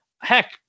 Heck